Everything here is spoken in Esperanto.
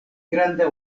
granda